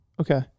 Okay